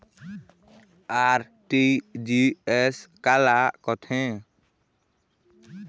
RTGS काला कथें?